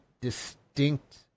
distinct